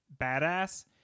badass